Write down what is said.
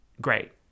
Great